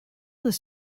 this